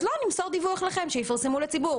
אז לא נמסור לכם דיווח, שיפרסמו לציבור.